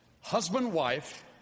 Husband-wife